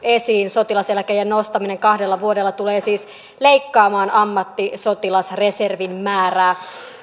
esiin sotilaseläkeiän nostaminen kahdella vuodella tulee siis leikkaamaan ammattisotilasreservin määrää